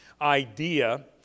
idea